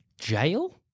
Jail